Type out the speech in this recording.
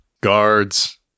guards